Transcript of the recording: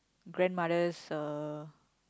grandmother's uh